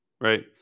right